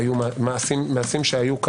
והיו מעשים שהיו,